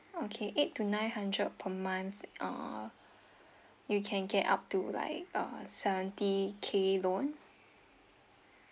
okay eight to nine hundred per month uh you can get up to like uh seventy K loan